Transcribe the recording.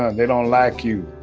and they don't like you.